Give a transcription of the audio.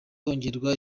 kongerwa